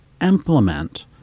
implement